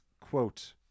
quote